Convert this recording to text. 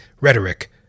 rhetoric